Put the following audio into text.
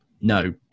no